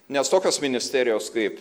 nes tokios ministerijos kaip